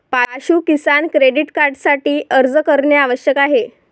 पाशु किसान क्रेडिट कार्डसाठी अर्ज करणे आवश्यक आहे